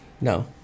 no